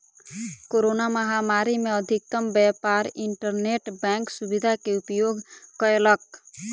corona महामारी में अधिकतम व्यापार इंटरनेट बैंक सुविधा के उपयोग कयलक